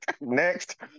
Next